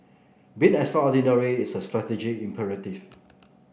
being extraordinary is a strategic imperative